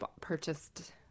purchased